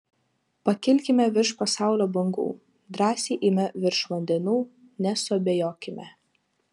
pakilkime virš pasaulio bangų drąsiai eime virš vandenų nesuabejokime